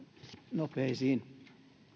nopeisiin